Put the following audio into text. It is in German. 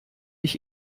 ich